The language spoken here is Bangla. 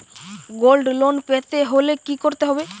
গোল্ড লোন পেতে হলে কি করতে হবে?